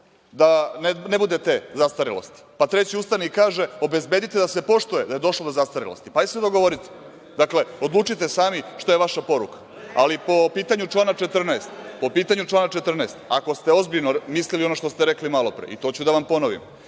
da ne bude te zastarelost, pa treći ustane i kaže – obezbedite da se poštuje da je došlo do zastarelost. Hajde se dogovorite. Dakle, odlučite sami šta je vaša poruka. Po pitanju člana 14, ako ste ozbiljno mislili ono što ste rekli malopre, i to ću da vam ponovim,